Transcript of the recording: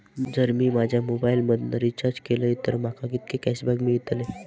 जर मी माझ्या मोबाईल मधन रिचार्ज केलय तर माका कितके कॅशबॅक मेळतले?